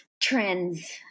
trends